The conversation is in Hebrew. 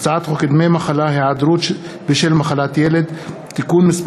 הצעת חוק דמי מחלה (היעדרות בשל מחלת ילד) (תיקון מס'